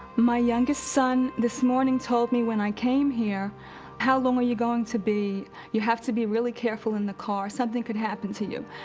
my youngest son, this morning, told me when i came here how long are you going to be? you have to be really careful in the car. something could happen to you.